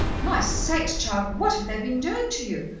my sakes, child, what have they been doing to you?